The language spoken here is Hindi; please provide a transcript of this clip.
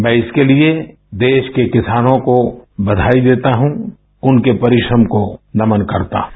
मैं इसके लिए देश के किसानों को बयाई देता हूँ उनके परिश्रम को नमन करता हूँ